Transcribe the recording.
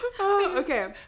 Okay